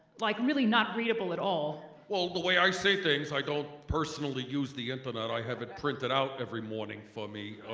like really not readable at all. well, the way i say things i don't personally use the internet i have it printed out every morning for me